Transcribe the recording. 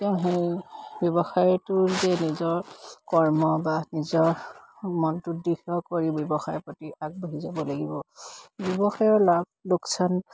তেওঁ সেই ব্যৱসায়টো যে নিজৰ কৰ্ম বা নিজৰ মনটো কৰি ব্যৱসায়ৰ প্ৰতি আগবাঢ়ি যাব লাগিব ব্যৱসায়ৰ লাভ লোকচান